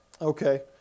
Okay